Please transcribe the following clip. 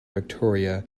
victoria